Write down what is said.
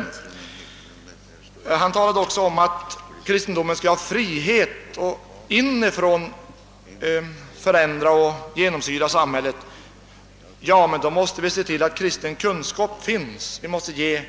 Herr Svensson i Kungälv talade också om att kristendomen skall ha frihet att inifrån förändra och genomsyra samhället. Men då måste vi se till att kristen kunskap finns. Slutligen nämnde herr